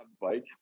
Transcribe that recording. bike